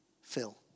Phil